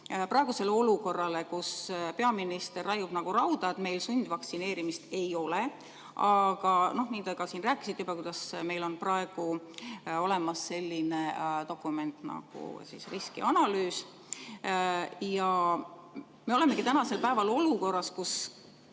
praegusele olukorrale, kus peaminister raiub nagu rauda, et meil sundvaktsineerimist ei ole. Aga te ka siin rääkisite juba, et meil on praegu olemas selline dokument nagu riskianalüüs. Me olemegi tänasel päeval olukorras, kus